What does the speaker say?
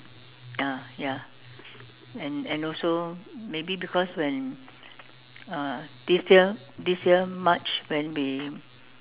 ya ya and and also maybe because when uh this year this year March when we